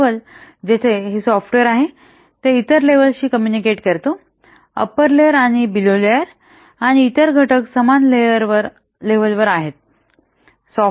हि लेव्हल जिथे हे सॉफ्टवेअर आहे तो इतर लेव्हलशी कम्युनिकेट करतो अप्पर लेयर आणि बिलो लेअर आणि इतर घटक समान लेवल वर आहेत